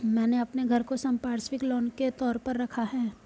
मैंने अपने घर को संपार्श्विक लोन के तौर पर रखा है